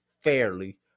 fairly